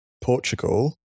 Portugal